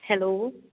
hello